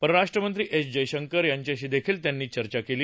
परराष्ट्रमंत्री एस जयशंकर यांच्याशी देखील त्यांनी चर्चा केली